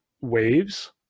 waves